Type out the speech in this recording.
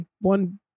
one